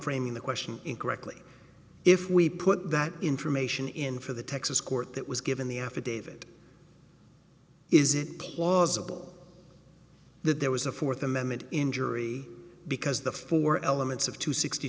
framing the question incorrectly if we put that information in for the texas court that was given the affidavit is it plausible that there was a fourth amendment injury because the four elements of two sixty